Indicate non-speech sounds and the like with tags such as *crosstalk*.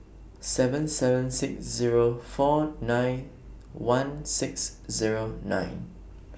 seven seven six Zero four nine one six Zero nine *noise*